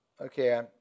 Okay